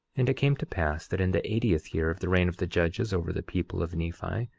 and it came to pass that in the eightieth year of the reign of the judges over the people of nephi,